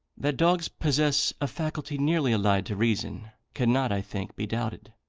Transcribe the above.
that dogs possess a faculty nearly allied to reason cannot, i think, be doubted.